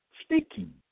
speaking